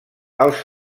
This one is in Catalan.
els